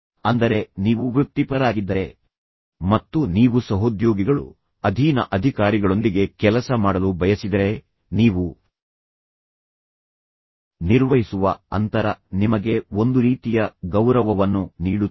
ಅಂದರೆ ನೀವು ವೃತ್ತಿಪರರಾಗಿದ್ದರೆ ಮತ್ತು ನೀವು ಸಹೋದ್ಯೋಗಿಗಳು ಅಧೀನ ಅಧಿಕಾರಿಗಳೊಂದಿಗೆ ಕೆಲಸ ಮಾಡಲು ಬಯಸಿದರೆ ನೀವು ನಿರ್ವಹಿಸುವ ಅಂತರ ನಿಮಗೆ ಒಂದು ರೀತಿಯ ಗೌರವವನ್ನು ನೀಡುತ್ತದೆ